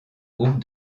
groupe